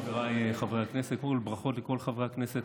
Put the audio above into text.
חבריי חברי הכנסת, ברכות לכל חברי הכנסת